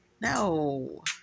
No